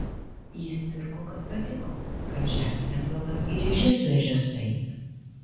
jis pirko kad patiko kad žemė nebloga ir ežia su ežia sueina